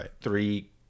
three